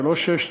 זה לא 6,000,